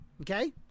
Okay